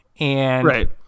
Right